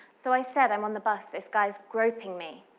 so i said, um on the bus, this guy's groping me.